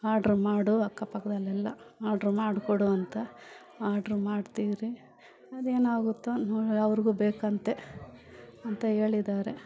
order ಮಾಡು ಅಕ್ಕಪಕ್ಕದಲ್ಲೆಲ್ಲಾ order ಮಾಡಿಕೊಡು ಅಂತ ಆರ್ಡ್ರ್ ಮಾಡ್ತೀರಿ ಅದೇನಾಗುತ್ತೋ ನೋಡು ಅವ್ರಿಗೂ ಬೇಕಂತೆ ಅಂತ ಹೇಳಿದಾರೆ